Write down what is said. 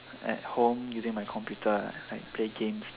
at home using my computer like play games